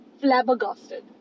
flabbergasted